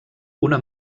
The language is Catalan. una